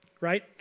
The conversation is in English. right